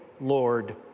Lord